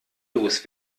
los